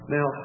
Now